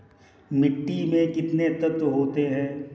मिट्टी में कितने तत्व होते हैं?